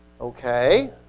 Okay